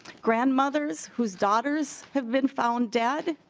grandmothers whose daughters have been found dead.